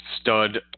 stud